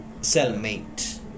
cellmate